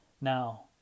Now